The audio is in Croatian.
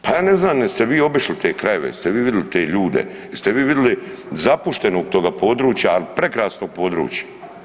Pa ja ne znam jeste li vi obišli te krajeve, jeste vi vidli te ljude, jeste vi vidli zapuštenost toga područja, al prekrasnog područja?